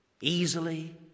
easily